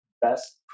best